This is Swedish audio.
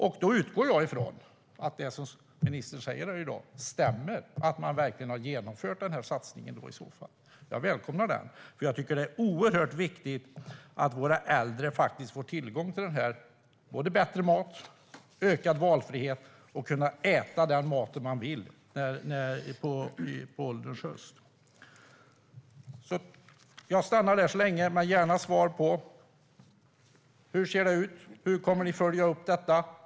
Jag utgår från att det som ministern säger här i dag stämmer och att man då verkligen har genomfört den här satsningen. Jag välkomnar den, för jag tycker att det är oerhört viktigt att våra äldre får tillgång till bättre mat och en ökad valfrihet och att de kan äta den mat de vill på ålderns höst. Jag stannar där så länge men vill gärna ha svar på mina frågor. Hur kommer ni att följa upp detta?